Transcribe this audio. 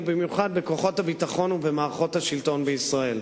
ובמיוחד בכוחות הביטחון ובמערכות השלטון בישראל.